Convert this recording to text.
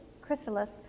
chrysalis